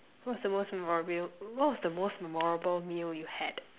what's the most memorable what was the most memorable meal you had